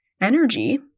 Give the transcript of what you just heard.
energy